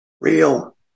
real